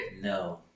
No